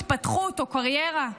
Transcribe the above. התפתחות או קריירה.